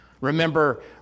Remember